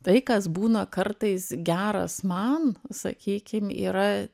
tai kas būna kartais geras man sakykim yra